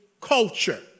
Culture